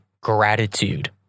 gratitude